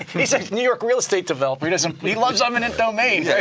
he's a new york real estate developer, you know and he loves eminent domain. yeah